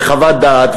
וחוות דעת,